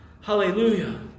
Hallelujah